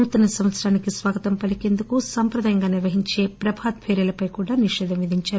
నూతన సంవత్సరానికి స్వాగతం పలికేందుకు సంప్రదాయంగా నిర్వహించే ప్రభాత్ పై కూడా నిషేధం విధించారు